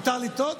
מותר לטעות,